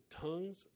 tongues